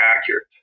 accurate